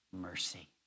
mercy